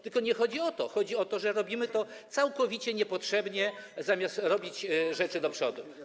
Tylko nie chodzi o to, chodzi o to, że robimy to całkowicie niepotrzebnie, zamiast robić rzeczy do przodu.